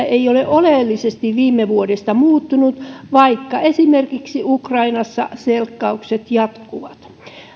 ei ole oleellisesti viime vuodesta muuttunut vaikka esimerkiksi ukrainassa selkkaukset jatkuvat